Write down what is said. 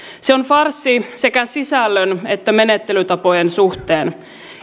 se on farssi sekä sisällön että menettelytapojen suhteen